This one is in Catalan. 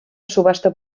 subhasta